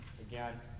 Again